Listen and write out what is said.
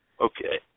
Okay